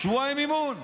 שבועיים אימון.